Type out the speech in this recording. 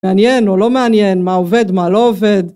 מעניין או לא מעניין, מה עובד מה לא עובד.